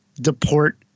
deport